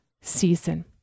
season